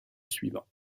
suivant